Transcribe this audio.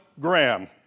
Graham